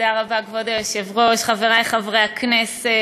כבוד היושב-ראש, תודה רבה, חברי חברי הכנסת,